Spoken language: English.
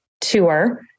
tour